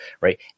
right